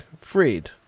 Freed